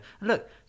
Look